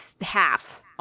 half